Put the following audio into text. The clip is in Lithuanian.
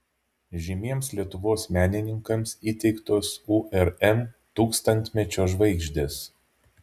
žymiems lietuvos menininkams įteiktos urm tūkstantmečio žvaigždės